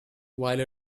while